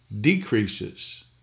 decreases